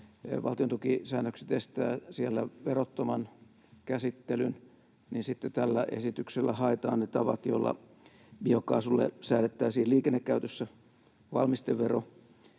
valtiontukisäännökset estävät siellä verottoman käsittelyn, niin tällä esityksellä haetaan sitten ne tavat, joilla biokaasulle säädettäisiin liikennekäytössä valmistevero,